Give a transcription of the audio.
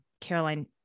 Caroline